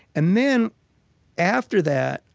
and then after that,